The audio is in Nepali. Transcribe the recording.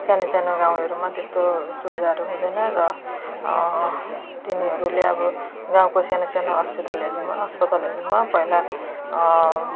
सानो सानो गाउँहरूमा त्यस्तो सुविधाहरू हुँदैन र तिनीहरूले अब सानो सानो हस्पिटलहरूमा अस्पतालहरूमा पहिला